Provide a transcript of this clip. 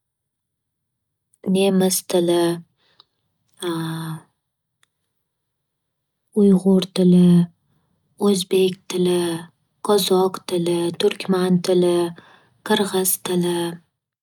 nemis tili, uyg'ur tili, o'zbek tili, qozoq tili, turkman tili, qirg'zi tili.